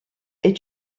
est